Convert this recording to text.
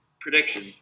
prediction